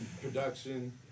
production